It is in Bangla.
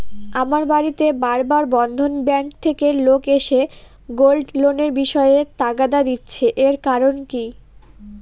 আমার বাড়িতে বার বার বন্ধন ব্যাংক থেকে লোক এসে গোল্ড লোনের বিষয়ে তাগাদা দিচ্ছে এর কারণ কি?